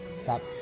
Stop